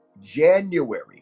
January